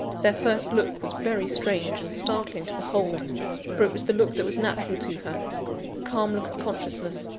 their first look was very strange and startling to behold for it was the look that was natural to her the calm look of consciousness,